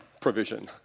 provision